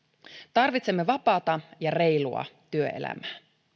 tarvitsemme vapaata ja reilua työelämää